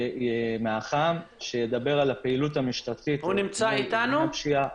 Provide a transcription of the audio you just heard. מהאח"ם שידבר על הפעילות המשטרתית וכנופיות הפשיעה.